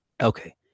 Okay